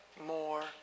more